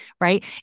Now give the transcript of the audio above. right